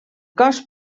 cos